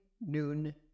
noon